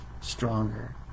stronger